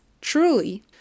truly